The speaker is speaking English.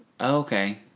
Okay